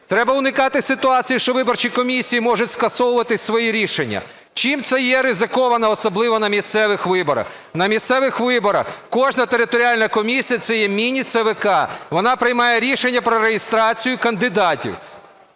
Треба уникати ситуацій, що виборчі комісії можуть скасовувати свої рішення. Чим це є ризиковано, особливо на місцевих виборах? На місцевих виборах кожна територіальна комісія – це є міні-ЦВК, вона приймає рішення про реєстрацію кандидатів.